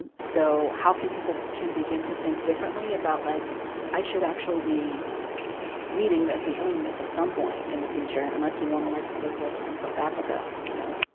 so how can people can begin to think differently about like i should actually be leading this and owning this at some point in the future, unless we wanna like live like we're in south africa, you know.